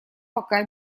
пока